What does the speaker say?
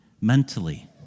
mentally